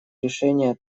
решения